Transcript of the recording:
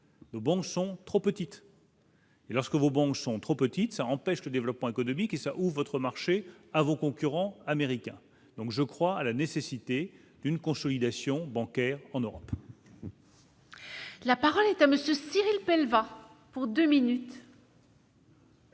Bon sont trop petites. Et lorsque vous banques sont trop petites, ça empêche le développement économique et ça ou votre marché à vos concurrents américains, donc je crois à la nécessité d'une consolidation bancaire en Europe. La parole est à monsieur Cyrill Penn va pour 2 minutes.